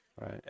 Right